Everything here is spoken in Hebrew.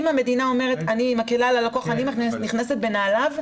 אם המדינה אומרת: אני מכירה בלקוח ואני נכנסת לנעליו,